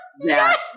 Yes